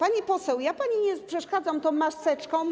Pani poseł, ja pani nie przeszkadzam tą maseczką.